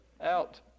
out